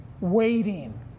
Waiting